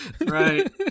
Right